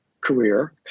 career